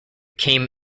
came